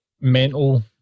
mental